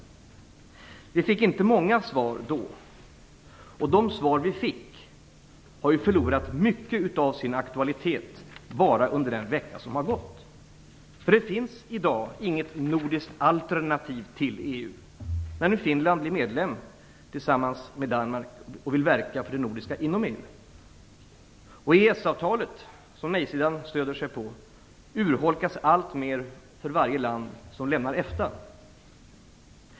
Vi fick inte många svar då. Och de svar som vi fick har ju förlorat mycket av sin aktualitet bara under den vecka som har gått. Det finns i dag inget nordiskt alternativ till EU när nu Finland blir medlem och tillsammans med Danmark vill verka för det nordiska inom EU. EES avtalet, som nej-sidan stöder sig på, urholkas alltmer för varje land som lämnar EFTA.